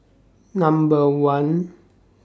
Number one